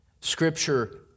Scripture